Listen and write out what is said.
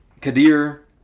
Kadir